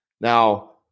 Now